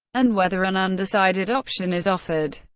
and whether an undecided option is offered.